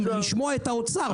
אשמח לשמוע את האוצר,